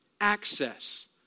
access